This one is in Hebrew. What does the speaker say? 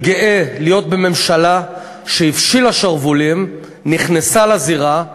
אני גאה להיות בממשלה שהפשילה שרוולים ונכנסה לזירה.